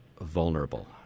vulnerable